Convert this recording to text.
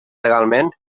legalment